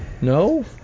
No